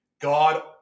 God